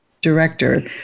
director